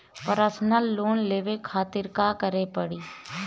Personal loan लेवे खातिर का करे के पड़ी?